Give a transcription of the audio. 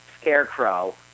scarecrow